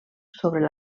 sobre